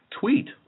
tweet